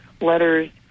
letters